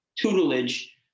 tutelage